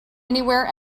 anywhere